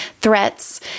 threats